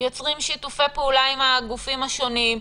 יוצרים שיתופי פעולה עם הגופים השונים,